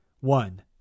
One